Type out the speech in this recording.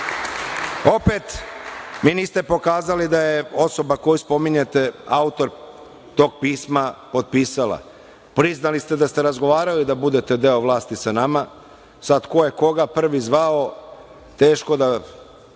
mi niste pokazali da je osoba koju spominjete autor tog pisma potpisala. Priznali ste da ste razgovarali da budete deo vlasti sa nama. Sad ko je koga prvi zvao, teško da